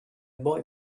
boy